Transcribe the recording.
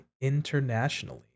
internationally